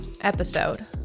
episode